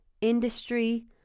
industry